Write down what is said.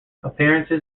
appearances